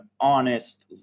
honest